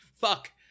Fuck